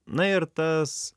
na ir tas